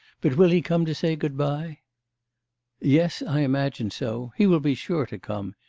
but will he come to say goodbye yes, i imagine so he will be sure to come.